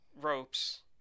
ropes